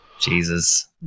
Jesus